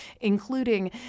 including